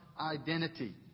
identity